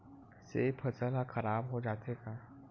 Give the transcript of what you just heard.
से फसल ह खराब हो जाथे का?